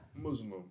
Muslim